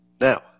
now